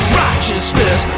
righteousness